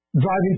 driving